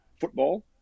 football